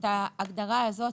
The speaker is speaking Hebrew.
את ההגדרה הזאת